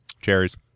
Cherries